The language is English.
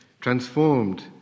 transformed